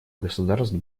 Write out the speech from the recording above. государств